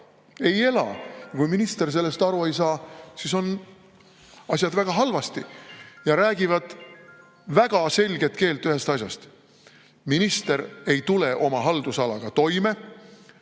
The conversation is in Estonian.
Ei ela! Kui minister sellest aru ei saa, siis on asjad väga halvasti ja räägivad väga selget keelt ühest asjast: minister ei tule oma haldusalaga toime